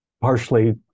partially